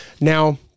Now